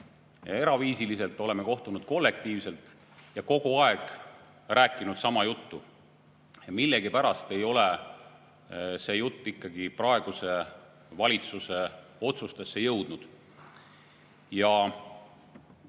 eraviisiliselt, oleme kohtunud kollektiivselt ja kogu aeg rääkinud sama juttu. Millegipärast ei ole see jutt ikkagi praeguse valitsuse otsustesse jõudnud.